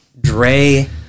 Dre